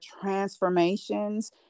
transformations